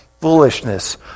foolishness